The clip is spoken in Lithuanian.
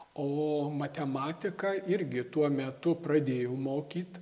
o matematiką irgi tuo metu pradėjau mokyt